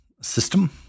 system